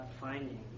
finding